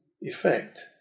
effect